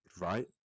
right